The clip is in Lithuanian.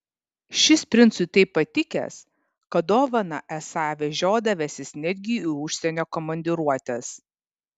šis princui taip patikęs kad dovaną esą vežiodavęsis netgi į užsienio komandiruotes